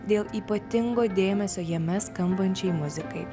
dėl ypatingo dėmesio jame skambančiai muzikai